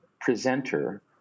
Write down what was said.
presenter